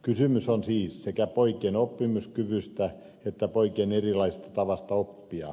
kysymys on siis sekä poikien oppimiskyvystä että poikien erilaisesta tavasta oppia